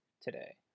today